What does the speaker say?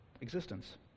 existence